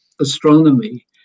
astronomy